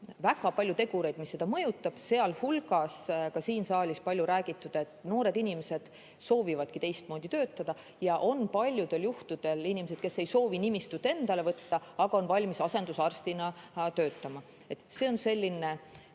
väga palju tegureid, mis seda mõjutab, sealhulgas ka siin saalis palju räägitud [tegur], et noored inimesed soovivadki teistmoodi töötada, ja paljudel juhtudel on nad inimesed, kes ei soovi nimistut endale võtta, aga on valmis asendusarstina töötama. See on selline